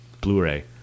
blu-ray